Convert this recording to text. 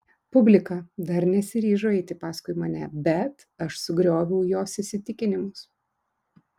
publika dar nesiryžo eiti paskui mane bet aš sugrioviau jos įsitikinimus